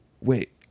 wait